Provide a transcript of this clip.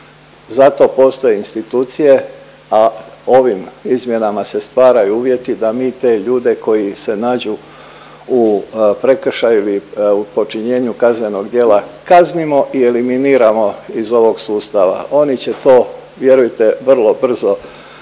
Zato postoje institucije, a ovim izmjenama se stvaraju uvjeti da mi te ljude koji se nađu u prekršaju ili u počinjenju kaznenog djela kaznimo i eliminiramo iz ovog sustava, oni će to vjerujte vrlo brzo svatiti.